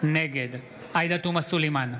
נגד עאידה תומא סלימאן,